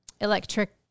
electric